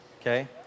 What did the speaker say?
okay